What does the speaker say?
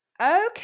Okay